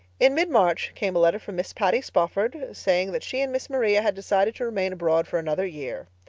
in mid-march came a letter from miss patty spofford, saying that she and miss maria had decided to remain abroad for another year.